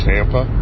Tampa